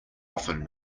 often